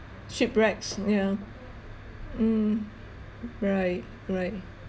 shipwrecks yeah mm right right